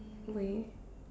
way